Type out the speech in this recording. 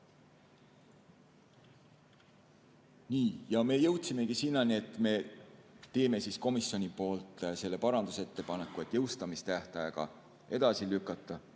Me jõudsimegi sinnani, et teeme komisjoni poolt selle parandusettepaneku, et jõustamistähtaega edasi lükata,